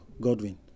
Godwin